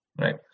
right